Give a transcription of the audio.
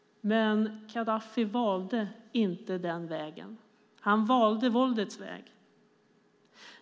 Gaddafi gjorde inte det; han valde våldets väg.